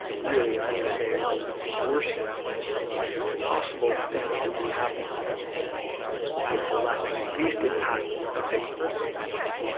really i would say, the worst possible thing that could be happening to them with the least and least impact of victimizing them again.